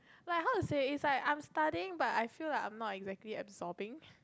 like how to say is like I am studying but I feel like I am not exactly absorbing